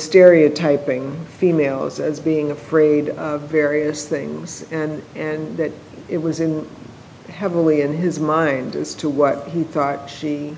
stereotyping females it's being afraid various things and and that it was in heavily in his mind as to what he thought he